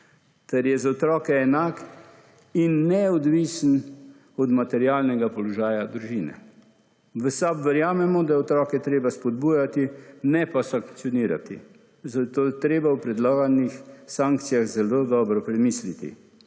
ter je za otroke enak in neodvisen od materialnega položaja družine. V SAB verjamemo, da je otroke treba spodbujati ne pa sankcionirati. Zato je treba o predlaganih sankcijah zelo dobro premisliti.